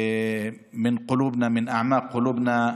(אומר בערבית: